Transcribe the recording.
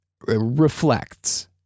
reflects